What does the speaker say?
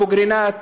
אבו קרינאת,